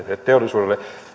teollisuudelle